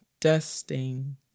dusting